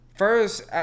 First